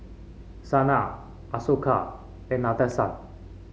Sanal Ashoka and Nadesan